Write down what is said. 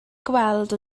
gweld